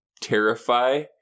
terrify